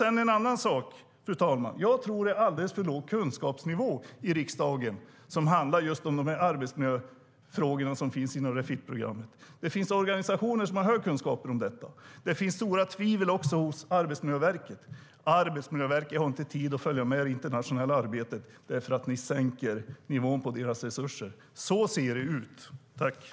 En annan sak, fru talman, är att jag tror att det är alldeles för låg kunskapsnivå i riksdagen när det gäller arbetsmiljöfrågorna inom Refit-programmet. Det finns organisationer som har hög kunskap om detta. Det finns stora tvivel också hos Arbetsmiljöverket, som inte har tid att följa med det internationella arbetet eftersom ni sänker nivån på deras resurser. Så ser det ut!